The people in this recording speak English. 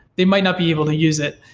they might not be able to use it.